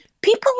people